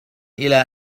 إلى